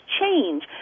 change